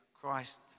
Christ